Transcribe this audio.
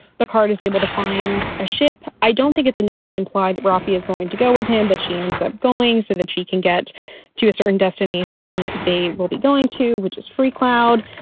the card is able to find a ship. i don't think it's initially implied that roffey is going to go with him, but she ends up going so that she can get to a certain destination. they will be going to which is free cloud.